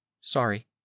Sorry